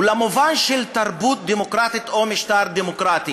ולמובן של תרבות דמוקרטית או משטר דמוקרטי.